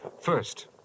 First